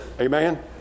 Amen